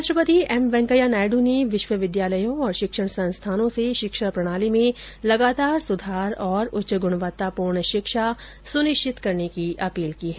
उपराष्ट्रपति एम वेंकैया नायडू ने विश्वविद्यालयों और शिक्षण संस्थानो स ेशिक्षा प्रणाली में लगातार सुधार और उच्च गुणवत्तापूर्ण शिक्षा सुनिश्चित करने की अपील की है